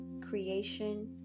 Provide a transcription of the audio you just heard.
creation